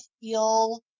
feel